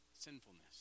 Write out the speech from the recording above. Sinfulness